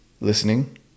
listening